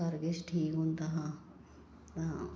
सारा किश ठीक होंदा हां हां